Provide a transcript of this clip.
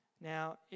Now